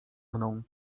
mną